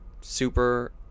super